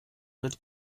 wird